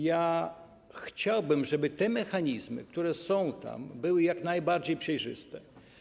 Ja chciałbym, żeby te mechanizmy, które są tam opisane, były jak najbardziej przejrzyste.